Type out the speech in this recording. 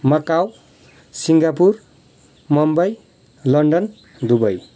Macau Singapore Mumbai London Dubai